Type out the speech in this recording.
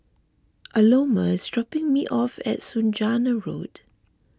Aloma is dropping me off at Saujana Road